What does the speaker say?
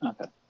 Okay